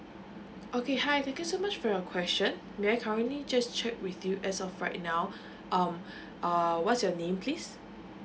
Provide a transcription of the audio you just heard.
okay hi thank you so much for your question may I currently just check with you as of right now um uh what's your name please